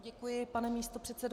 Děkuji, pane místopředsedo.